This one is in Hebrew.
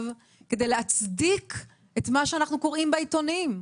כדי להצדיק את מה שאנחנו קוראים בעיתונים,